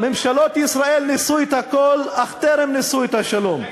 ממשלות ישראל ניסו את הכול, אך טרם ניסו את השלום.